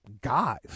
guys